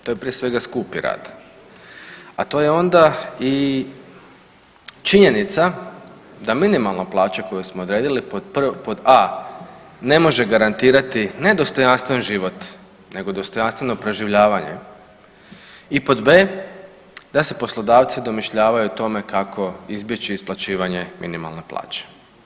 To je prije svega skupi rad, a to je onda i činjenica da minimalna plaća koju smo odredili pod A ne može garantirati ne dostojanstven život nego dostojanstveno preživljavanje i pod B da se poslodavci domišljavaju tome kako izbjeći isplaćivanje minimalne plaće.